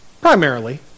primarily